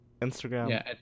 Instagram